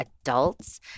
adults